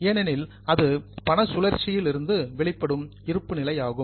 ஏனெனில் அது money cycle பண சுழற்சியில் இருந்து வெளிப்படும் இருப்பு நிலை ஆகும்